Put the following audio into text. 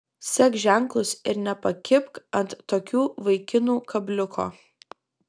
sek ženklus ir nepakibk ant tokių vaikinų kabliuko